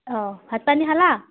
অঁ ভাত পানী খালা